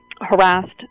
harassed